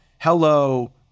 Hello